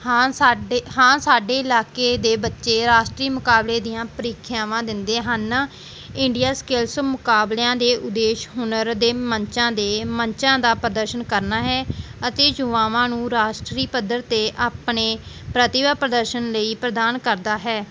ਹਾਂ ਸਾਡੇ ਹਾਂ ਸਾਡੇ ਇਲਾਕੇ ਦੇ ਬੱਚੇ ਰਾਸ਼ਟਰੀ ਮੁਕਾਬਲੇ ਦੀਆਂ ਪ੍ਰੀਖਿਆਵਾਂ ਦਿੰਦੇ ਹਨ ਇੰਡੀਆਸਕਿੱਲਸ ਮੁਕਾਬਲਿਆਂ ਦੇ ਉਦੇਸ਼ ਹੁਨਰ ਦੇ ਮੰਚਾਂ ਦੇ ਮੰਚਾਂ ਦਾ ਪ੍ਰਦਰਸ਼ਨ ਕਰਨਾ ਹੈ ਅਤੇ ਜੁਆਵਾਂ ਨੂੰ ਰਾਸ਼ਟਰੀ ਪੱਧਰ 'ਤੇ ਆਪਣੇ ਪ੍ਰਤਿਭਾ ਪ੍ਰਦਰਸ਼ਨ ਲਈ ਪ੍ਰਦਾਨ ਕਰਦਾ ਹੈ